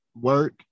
work